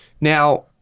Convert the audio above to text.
Now